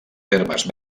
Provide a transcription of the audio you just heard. termes